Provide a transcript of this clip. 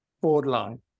borderline